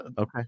Okay